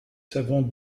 savons